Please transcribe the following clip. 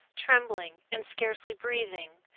trembling and scarcely breathing,